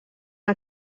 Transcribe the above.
una